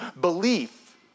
belief